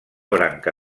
branca